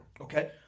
Okay